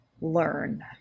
learn